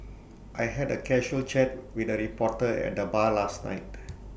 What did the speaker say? I had A casual chat with A reporter at the bar last night